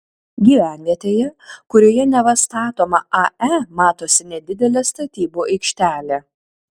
gyvenvietėje kurioje neva statoma ae matosi nedidelė statybų aikštelė